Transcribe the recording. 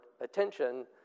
attention